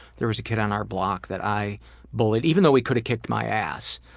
there was a kid on our block that i bullied even though he could've kicked my ass